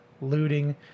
looting